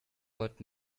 what